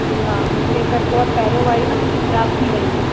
जी हा मूंखे त पोइ पहिरों वारी न मुंहिंजी ख़राबु थी वेई हुई